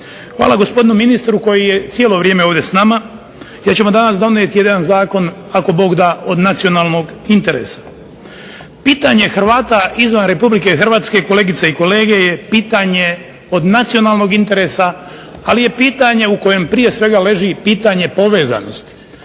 Hvala gospodinu ministru koji je cijelo vrijeme ovdje s nama jer ćemo danas donijeti jedan zakon ako Bog da od nacionalnog interesa. Pitanje Hrvata izvan Republike Hrvatske kolegice i kolege je pitanje od nacionalnog interesa, ali je pitanje u kojem prije svega leži pitanje povezanosti,